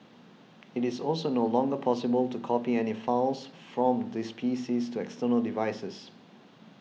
it is also no longer possible to copy any files from these PCs to external devices